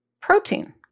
protein